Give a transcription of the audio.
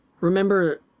Remember